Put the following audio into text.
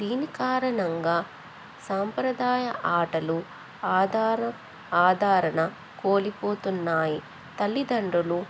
దీని కారణంగా సాంప్రదాయ ఆటలు ఆధార ఆధరణ కోల్పోతున్నాయి తల్లిదండ్రులు